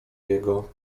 jego